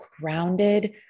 grounded